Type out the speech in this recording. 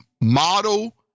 model